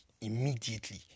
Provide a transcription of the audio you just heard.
immediately